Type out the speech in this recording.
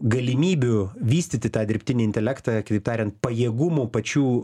galimybių vystyti tą dirbtinį intelektą kitaip tariant pajėgumų pačių